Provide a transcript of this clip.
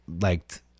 liked